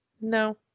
no